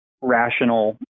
rational